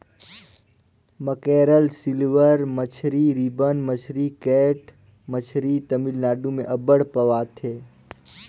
mackerel, silver मछरी, ribbon मछरी, cat मछरी तमिलनाडु में अब्बड़ पवाथे